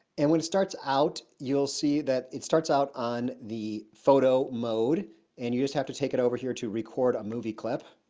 and when it starts out, you'll see that it starts out on the photo mode and you have to take it over here to record a movie clip.